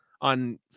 on